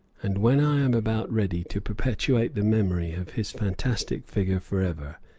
and when i am about ready to perpetuate the memory of his fantastic figure forever,